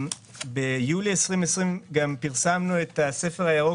ביולי 2020 גם פרסמנו את הספר הירוק,